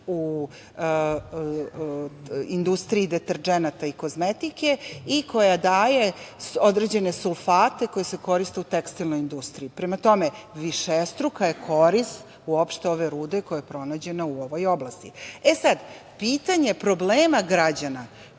u industriji deterdženata i kozmetike i koja daje određene sulfate koji se koriste u tekstilnoj industriji. Prema tome, višestruka je korist uopšte ove rude koja je pronađena u ovoj oblasti. Pitanje problema građana